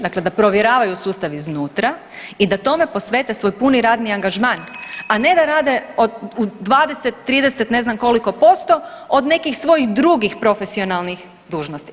Dakle, da provjeravaju sustav iznutra i da tome posvete svoj puni radni angažman, a ne da rade u 20, 30, ne znam koliko posto od nekih svojih drugih profesionalnih dužnosti.